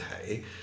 hey